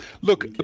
Look